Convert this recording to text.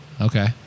Okay